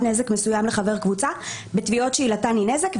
נזק מסוים לחבר קבוצה בתביעות שעילתן היא נזק,